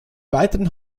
weiteren